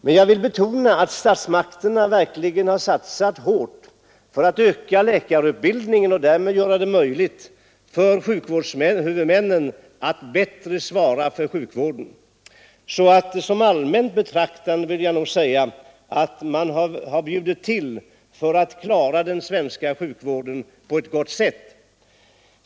Jag vill dock betona att statsmakterna verkligen satsat hårt för att öka läkarutbildningen och därigenom göra det möjligt för sjukvårdshuvudmännen att bättre svara för sjukvården. Rent allmänt vill jag säga att man bjuder till för att klara den svenska sjukvården på ett gott sätt.